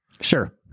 Sure